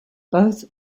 both